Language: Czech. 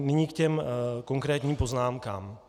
Nyní ke konkrétním poznámkám.